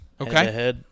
Okay